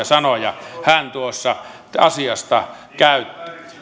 sanoja hän asiasta käytti